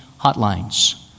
hotlines